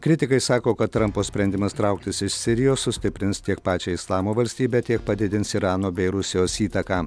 kritikai sako kad trampo sprendimas trauktis iš sirijos sustiprins tiek pačią islamo valstybę tiek padidins irano bei rusijos įtaką